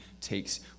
takes